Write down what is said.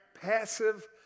passive